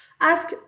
ask